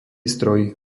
stroj